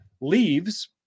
leaves